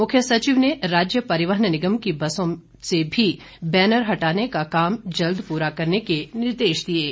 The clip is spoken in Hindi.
मुख्य सचिव ने राज्य परिवहन निगम की बसों से भी बैनर हटाने का काम जल्द पूरा करने के निर्देश दिए हैं